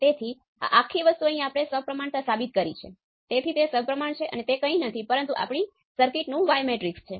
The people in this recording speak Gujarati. તેથી ઇનપુટ વોલ્ટેજ છે